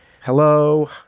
Hello